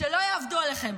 שלא יעבדו עליכם.